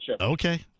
okay